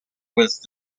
with